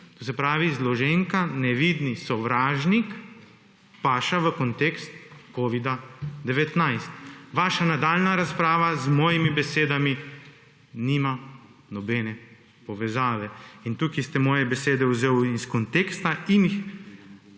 To se pravi zloženka nevidni sovražnik paše v kontekst Covid-19. Vaša nadaljnja razprava z mojimi besedami nima nobene povezave in tukaj ste moje besede vzel iz konteksta in jih